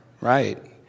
right